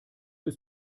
ist